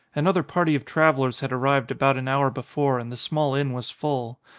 another party of travellers had arrived about an hour before and the small inn was full.